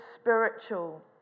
spiritual